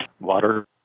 water